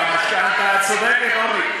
במשכנתה את צודקת, אורלי.